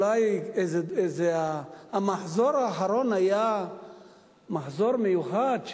אולי המחזור האחרון היה מחזור מיוחד,